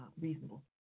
reasonable